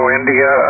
India